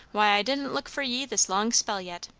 why, i didn't look for ye this long spell yet.